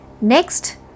Next